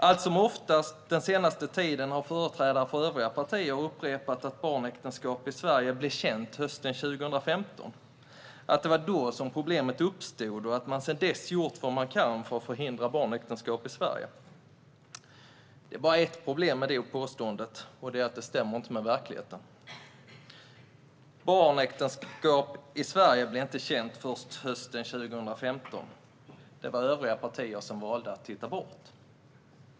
Allt som oftast den senaste tiden har företrädare för övriga partier upprepat att barnäktenskap i Sverige "blev känt" hösten 2015, att det var då som problemet uppstod och att de sedan dess gjort vad de kan för att förhindra barnäktenskap i Sverige. Det är bara ett problem med det påståendet: Det stämmer inte med verkligheten. Barnäktenskap i Sverige är inte något som blev känt först hösten 2015. Det var övriga partier som valde att titta bort.